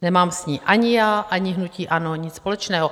Nemám s ní ani já, ani hnutí ANO nic společného.